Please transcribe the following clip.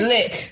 Lick